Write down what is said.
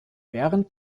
während